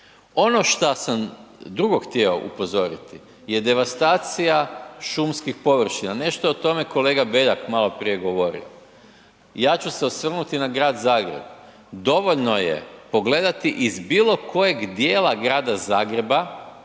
Ono šta sam drugo htio upozoriti je devastacija šumskih površina, nešto o tome je kolega Beljak maloprije govorio. Ja ću se osvrnuti na grad Zagreb. Dovoljno je pogledati iz bilokojeg djela grada Zagreba,